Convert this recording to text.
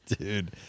Dude